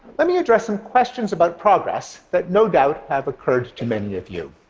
let me address some questions about progress that no doubt have occurred to many of you.